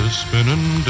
spinning